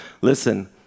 Listen